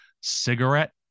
cigarette